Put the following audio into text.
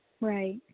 Right